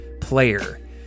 player